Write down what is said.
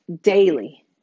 daily